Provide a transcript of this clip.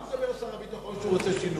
על מה מדבר שר הביטחון כשהוא רוצה שינוי?